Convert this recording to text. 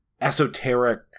esoteric